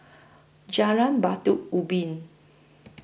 Jalan Batu Ubin